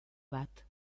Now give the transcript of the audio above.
bat